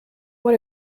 what